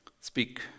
Speak